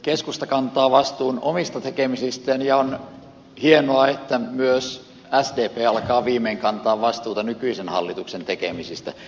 keskusta kantaa vastuun omista tekemisistään ja on hienoa että myös sdp alkaa viimein kantaa vastuuta nykyisen hallituksen tekemisistä